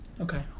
Okay